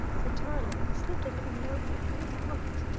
said tarling, and slipped a little notebook from his pocket,